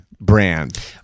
brand